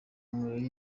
mulimo